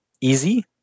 easy